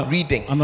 Reading